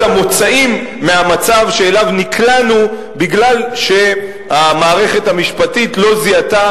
המוצאים מהמצב שאליו נקלענו מפני שהמערכת המשפטית לא זיהתה